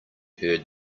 heard